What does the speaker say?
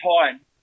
time